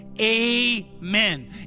amen